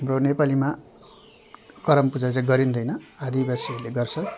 हाम्रो नेपालीमा करम पूजा चाहिँ गरिँदैन आदिवासीहरूले गर्छ